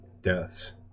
deaths